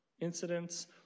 incidents